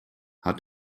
hat